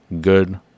Good